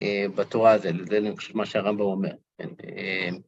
בתורה זה מה שהרמב״ם אומר.